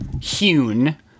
hewn